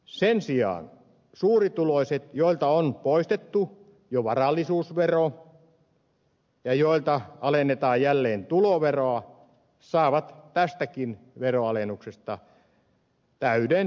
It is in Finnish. sen sijaan suurituloiset joilta on poistettu jo varallisuusvero ja joilta alennetaan jälleen tuloveroa saavat tästäkin veronalennuksesta täyden hyödyn